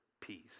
peace